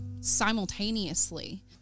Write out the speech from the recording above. simultaneously